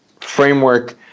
framework